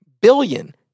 billion